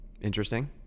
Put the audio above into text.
Interesting